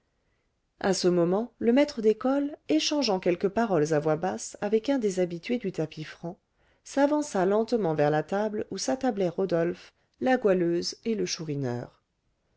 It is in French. à ce moment le maître d'école échangeant quelques paroles à voix basse avec un des habitués du tapis franc s'avança lentement vers la table où s'attablaient rodolphe la goualeuse et le chourineur